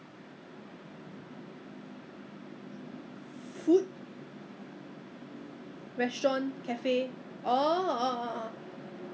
A&W oh the root beer ah is the root beer really that good actually I miss the original root beer you know those you know how they do it last time I think you I don't know whether you were born but at that time